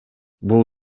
бул